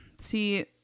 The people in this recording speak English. see